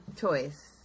choice